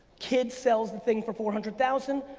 kid sells thing for four hundred thousand,